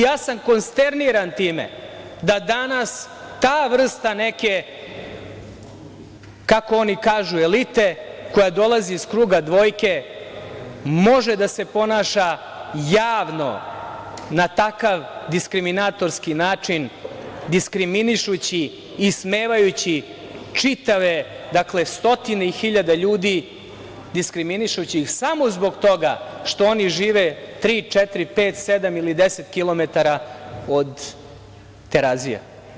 Ja sam konsterniran time da danas ta vrsta neke, kako oni kažu elite koja dolazi iz kruga dvojke, može da se ponaša javno na takav diskriminatorski način, diskriminišući, ismevajući čitave, stotine i hiljade ljudi, diskriminišući ih samo zbog toga što oni žive tri, četiri, pet, sedam ili deset kilometara od Terazija.